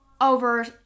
over